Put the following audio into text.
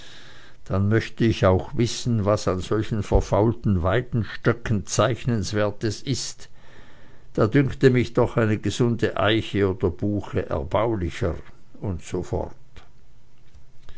dann möchte ich auch wissen was an solchen verfaulten weidenstöcken zeichnenswertes ist da dünkte mich doch eine gesunde eiche oder buche erbaulicher usf